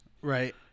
right